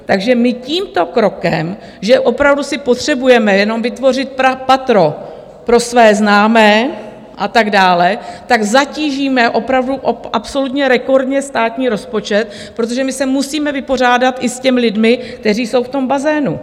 Takže my tímto krokem, že opravdu si potřebujeme jenom vytvořit patro pro své známé a tak dále, tak zatížíme opravdu absolutně rekordně státní rozpočet, protože my se musíme vypořádat i s těmi lidmi, kteří jsou v tom bazénu.